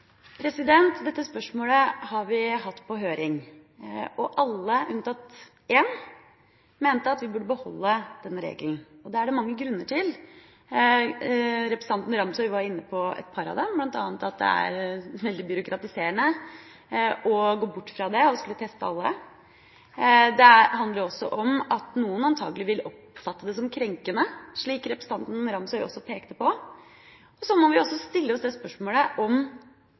det mange grunner til. Representanten Ramsøy var inne på et par av dem, bl.a. at det er veldig byråkratiserende å gå bort fra det og å skulle teste alle. Det handler også om at noen antakelig ville oppfatte det som krenkende, som representanten Ramsøy også pekte på. Så må vi også stille oss spørsmålet om